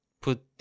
put